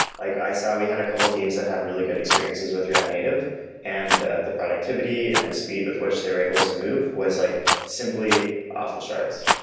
like i saw we had a couple teams that had really good experiences with react native and the the productivity and the speed with which they were able to move was like simply off the charts.